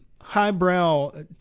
highbrow